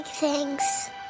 Thanks